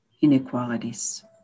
inequalities